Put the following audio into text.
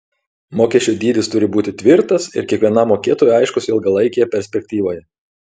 mokesčio dydis turi būti tvirtas ir kiekvienam mokėtojui aiškus ilgalaikėje perspektyvoje